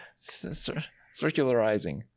circularizing